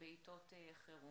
בעתות חירום.